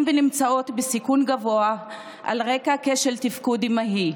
ונמצאות בסיכון גבוה על רקע כשל תפקוד אימהי.